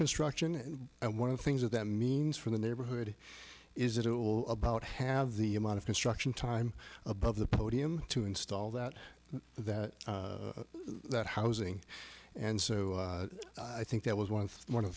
construction and one of the things that that means for the neighborhood is it will about have the amount of construction time above the podium to install that that that housing and so i think that was one of the one of the